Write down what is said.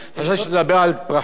חבר הכנסת זאב הנכבד,